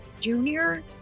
junior